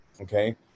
Okay